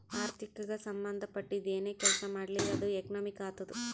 ಆರ್ಥಿಕಗ್ ಸಂಭಂದ ಪಟ್ಟಿದ್ದು ಏನೇ ಕೆಲಸಾ ಮಾಡ್ಲಿ ಅದು ಎಕನಾಮಿಕ್ ಆತ್ತುದ್